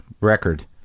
record